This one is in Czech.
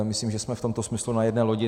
Myslím, že jsme v tomto smyslu na jedné lodi.